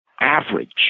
average